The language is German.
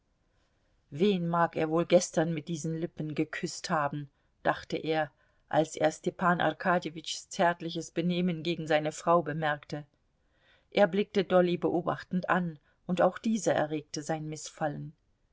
wen mag er wohl gestern mit diesen lippen geküßt haben dachte er als er stepan arkadjewitschs zärtliches benehmen gegen seine frau bemerkte er blickte dolly beobachtend an und auch diese erregte sein mißfallen